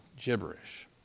gibberish